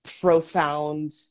profound